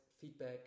feedback